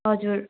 हजुर